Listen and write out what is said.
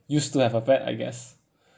used to have a pet I guess